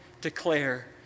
declare